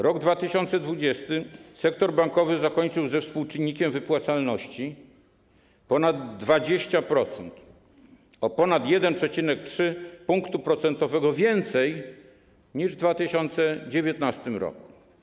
Rok 2020 sektor bankowy zakończył ze współczynnikiem wypłacalności ponad 20%, to o ponad 1,3 punktu procentowego więcej niż w 2019 r.